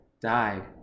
died